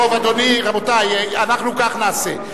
אדוני, רבותי, אנחנו כך נעשה.